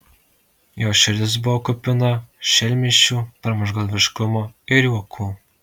jo širdis buvo kupina šelmysčių pramuštgalviškumo ir juokų